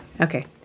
Okay